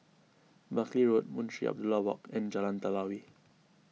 Buckley Road Munshi Abdullah Walk and Jalan Telawi